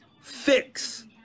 fix